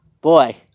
boy